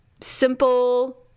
Simple